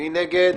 מי נגד?